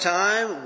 time